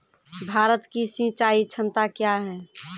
भारत की सिंचाई क्षमता क्या हैं?